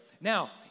now